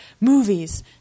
movies